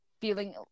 feeling